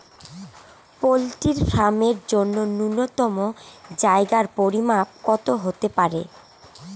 Poultry farm এর জন্য নূন্যতম জায়গার পরিমাপ কত হতে পারে?